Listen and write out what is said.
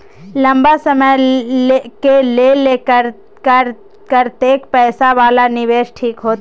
लंबा समय के लेल कतेक पैसा वाला निवेश ठीक होते?